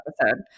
episode